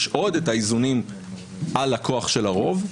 עוד את האיזונים על הכוח של הרוב,